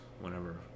whenever